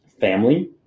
family